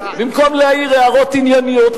במקום להעיר הערות ענייניות,